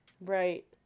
Right